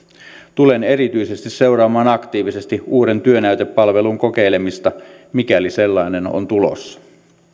tulen erityisesti seuraamaan aktiivisesti uuden työnäytepalvelun kokeilemista mikäli sellainen on tulossa